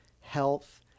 health